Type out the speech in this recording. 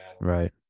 Right